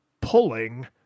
pulling